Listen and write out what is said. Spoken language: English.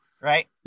right